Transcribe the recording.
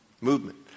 Movement